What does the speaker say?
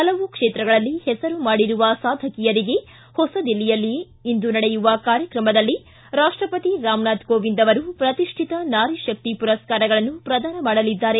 ಹಲವು ಕ್ಷೇತ್ರಗಳಲ್ಲಿ ಹೆಸರು ಮಾಡಿರುವ ಸಾಧಕಿಯರಿಗೆ ಹೊಸ ದಿಲ್ಲಿಯಲ್ಲಿ ಇಂದು ನಡೆಯುವ ಕಾರ್ಯಕ್ರಮದಲ್ಲಿ ರಾಪ್ಟಪತಿ ರಾಮನಾಥ್ ಕೋವಿಂದ್ ಅವರು ಪ್ರತಿಷ್ಠಿತ ನಾರಿಶಕ್ತಿ ಪುರಸ್ಕಾರಗಳನ್ನು ಪ್ರದಾನ ಮಾಡಲಿದ್ದಾರೆ